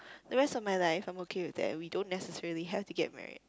the rest of my life I'm okay with that we don't necessarily have to get married